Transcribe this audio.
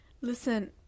Listen